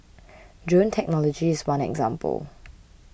drone technology is one example